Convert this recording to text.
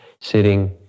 sitting